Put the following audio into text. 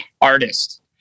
artist